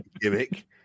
gimmick